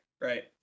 right